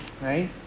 right